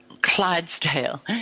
Clydesdale